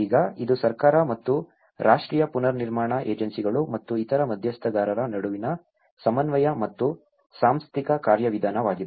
ಈಗ ಇದು ಸರ್ಕಾರ ಮತ್ತು ರಾಷ್ಟ್ರೀಯ ಪುನರ್ನಿರ್ಮಾಣ ಏಜೆನ್ಸಿಗಳು ಮತ್ತು ಇತರ ಮಧ್ಯಸ್ಥಗಾರರ ನಡುವಿನ ಸಮನ್ವಯ ಮತ್ತು ಸಾಂಸ್ಥಿಕ ಕಾರ್ಯವಿಧಾನವಾಗಿದೆ